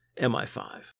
MI5